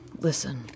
listen